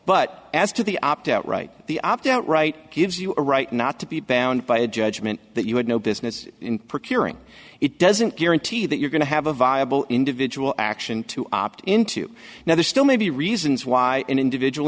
but as to the opt out right the opt out right gives you a right not to be bound by a judgement that you had no business in procuring it doesn't guarantee that you're going to have a viable individual action to opt into now there still may be reasons why an individual